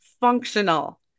functional